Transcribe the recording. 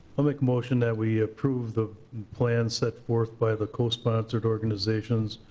a like motion that we approve the plans set forth by the co-sponsored organizations,